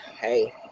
hey